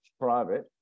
private